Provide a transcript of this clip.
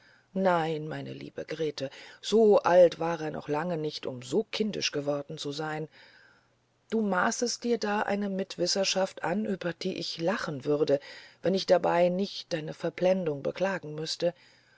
nein meine liebe grete so alt war er noch lange nicht um so kindisch geworden zu sein du maßest dir da eine mitwissenschaft an über die ich lachen würde wenn ich dabei nicht deine verblendung beklagen müßte